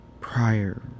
prior